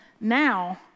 now